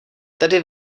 tedy